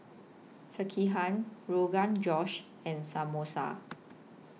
Sekihan Rogan Josh and Samosa